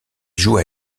jouent